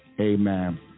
amen